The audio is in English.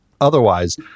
Otherwise